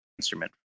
instrument